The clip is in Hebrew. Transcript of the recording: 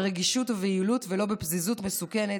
ברגישות וביעילות ולא בפזיזות מסוכנת.